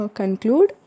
conclude